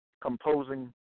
composing